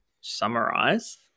summarize